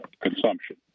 consumption